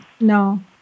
No